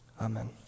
Amen